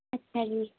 ਅੱਛਾ ਜੀ